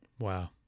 Wow